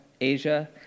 Asia